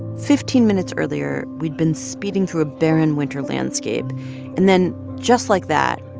fifteen minutes earlier, we'd been speeding through a barren winter landscape and then just like that,